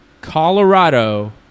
Colorado